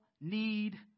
need